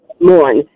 mourn